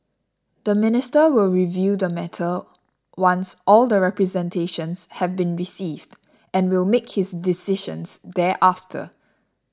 the minister will review the matter once all the representations have been received and will make his decisions thereafter